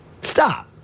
stop